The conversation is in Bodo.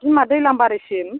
बिमा दैलामबारिसिम